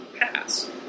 pass